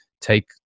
take